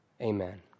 Amen